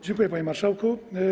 Dziękuję, panie marszałku.